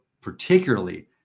particularly